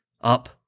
up